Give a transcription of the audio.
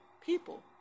people